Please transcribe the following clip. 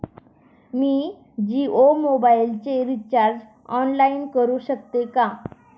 मी जियो मोबाइलचे recharge online करू शकते का?